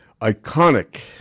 iconic